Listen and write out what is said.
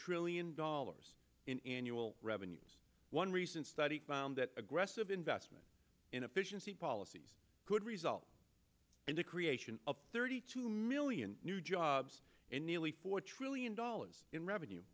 trillion dollars in annual revenues one recent study found that aggressive investment in efficiency policies could result in the creation of thirty two million new jobs and nearly four trillion dollars in revenue